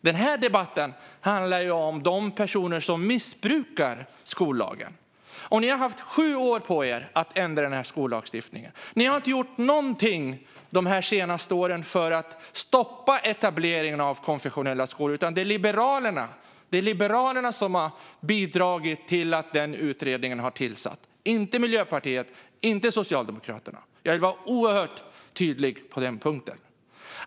Den här debatten handlar om de personer som missbrukar skollagen. Ni har haft sju år på er att ändra den här skollagstiftningen. Ni har inte gjort någonting de senaste åren för att stoppa etableringen av konfessionella skolor, utan det är Liberalerna som har bidragit till att utredningen om detta har tillsatts - inte Miljöpartiet och inte Socialdemokraterna. Jag vill vara oerhört tydlig på den punkten.